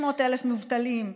600,000 מובטלים,